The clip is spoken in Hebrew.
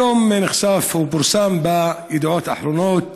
היום נחשף ופורסם בידיעות אחרונות